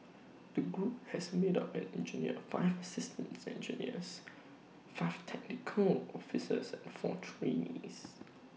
the group has made up an engineer five assistant engineers five technical officers and four trainees